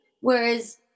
Whereas